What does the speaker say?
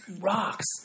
rocks